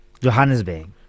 Johannesburg